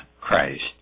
Christ